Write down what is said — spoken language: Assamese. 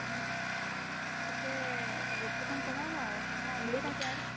অ পিছে ৰেটটো অকণ কমাবা আৰু সদায় আহিয়ে থাকোঁ আৰু